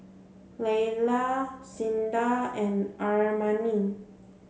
Laylah Cinda and Armani